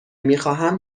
میخواهم